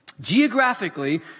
Geographically